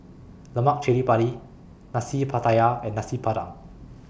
Lemak Cili Padi Nasi Pattaya and Nasi Padang